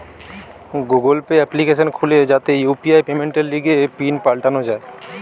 Google Pay application খুলে যাতে UPI পেমেন্টের লিগে পিন পাল্টানো যায়